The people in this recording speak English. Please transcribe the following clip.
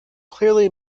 clearly